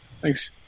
Thanks